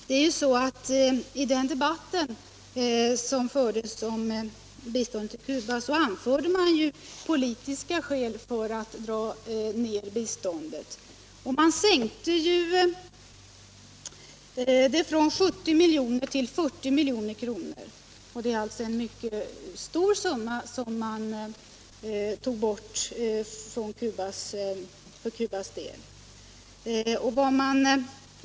Herr talman! I debatten om biståndet till Cuba anfördes politiska skäl för att dra ner biståndet. Det sänktes från 70 till 40 milj.kr., alltså en mycket stor minskning för Cubas del.